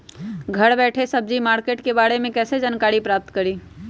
घर बैठे सब्जी मार्केट के बारे में कैसे जानकारी प्राप्त करें?